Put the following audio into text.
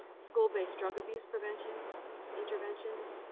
school-based drug abuse prevention interventions,